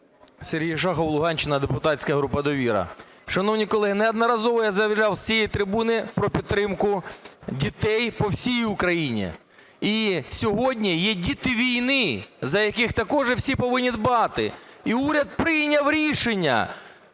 Сергій Шахов, Луганщина, депутатська група "Довіра". Шановні колеги, неодноразово я заявляв з цієї трибуни про підтримку дітей по всій Україні. І сьогодні є діти війни, за яких також всі повинні дбати, і уряд прийняв рішення,